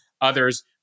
others